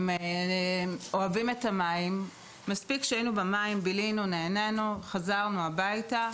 ומספיק שהיינו במים, בילינו, נהנינו, חזרנו הביתה,